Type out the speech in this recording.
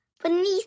beneath